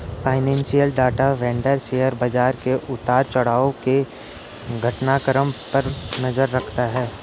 financial data vendor share बाजार के उतार चढ़ाव के घटनाक्रम पर नजर रखता है